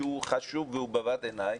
שהוא חשוב והוא בבת עיניי,